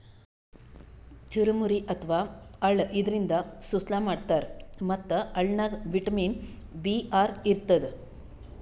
ಚುರಮುರಿ ಅಥವಾ ಅಳ್ಳ ಇದರಿಂದ ಸುಸ್ಲಾ ಮಾಡ್ತಾರ್ ಮತ್ತ್ ಅಳ್ಳನಾಗ್ ವಿಟಮಿನ್ ಬಿ ಆರ್ ಇರ್ತದ್